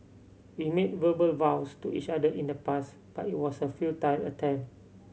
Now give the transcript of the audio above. we made verbal vows to each other in the past but it was a futile attempt